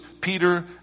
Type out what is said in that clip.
Peter